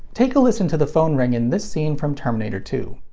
take a listen to the phone ring in this scene from terminator two.